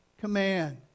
command